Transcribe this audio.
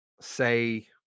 say